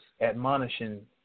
admonishing